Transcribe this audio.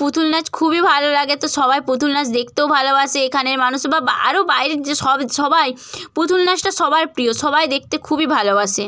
পুতুল নাচ খুবই ভালো লাগে তো সবাই পুতুল নাচ দেখতেও ভালোবাসে এখানের মানুষ বা বা আরো বাইরের যে সব সবাই পুতুল নাচটা সবার প্রিয় সবাই দেখতে খুবই ভালোবাসে